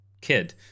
kid